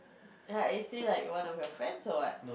err is he like one of your friends or what